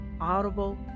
Audible